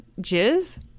jizz